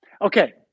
Okay